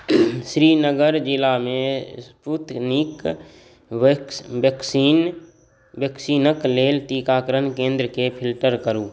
श्रीनगर जिलामे Sputnik vax vaccine वैक्सीनके लेल टीकाकरण केन्द्रके फिल्टर करू